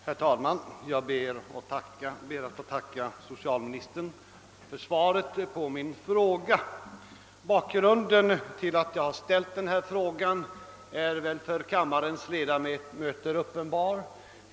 Herr talman! Jag ber att få tacka socialministern för svaret på min fråga. Bakgrunden till att jag ställt den är väl uppenbar för kammarens ledamöter.